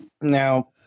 Now